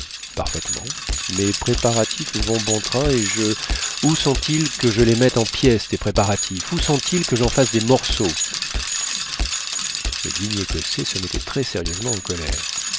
parfaitement mes préparatifs vont bon train et je où sont-ils que je les mette en pièces tes préparatifs où sont-ils que jen fasse des morceaux le digne écossais se mettait très sérieusement en colère